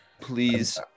Please